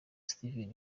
steven